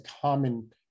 common